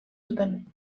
zuten